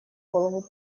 голову